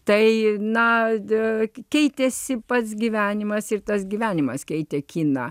tai nardė keitėsi pats gyvenimas ir tas gyvenimas keitė kiną